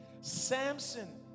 Samson